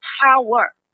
power